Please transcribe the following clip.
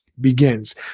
begins